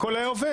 הכול היה עובד.